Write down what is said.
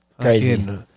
Crazy